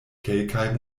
kelkaj